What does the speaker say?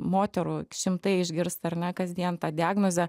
moterų šimtai išgirsta ar ne kasdien tą diagnozę